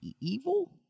evil